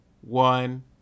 one